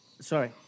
sorry